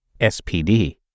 SPD